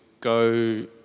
go